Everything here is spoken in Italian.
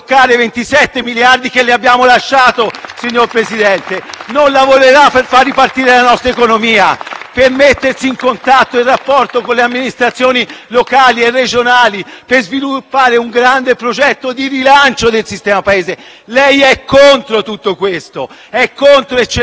Gruppo PD)*. Non lavorerà per far ripartire la nostra economia, per mettersi in contatto e in rapporto con le amministrazioni locali e regionali per sviluppare un grande progetto di rilancio del sistema Paese. Lei è contro tutto questo e ce lo ha dimostrato. Su Genova,